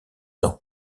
ans